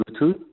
Bluetooth